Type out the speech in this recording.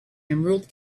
emerald